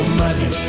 money